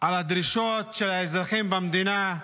על הדרישות של האזרחים במדינה,